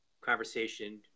conversation